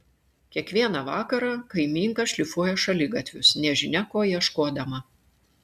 kiekvieną vakarą kaimynka šlifuoja šaligatvius nežinia ko ieškodama